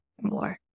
more